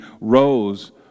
rose